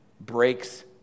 breaks